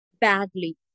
badly